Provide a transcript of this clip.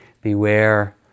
beware